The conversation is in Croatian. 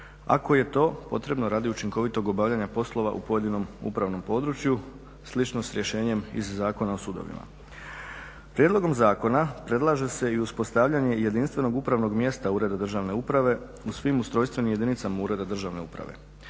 ako je to potrebno radi učinkovitog obavljanja poslova u pojedinom upravnom području slično s rješenjem iz Zakona o sudovima. Prijedlogom zakona predlaže se i uspostavljanje jedinstvenog upravnog mjesta ureda državne uprave u svim ustrojstvenim jedinicama ureda državne uprave,